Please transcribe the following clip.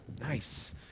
Nice